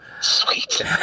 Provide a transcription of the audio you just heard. sweet